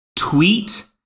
tweet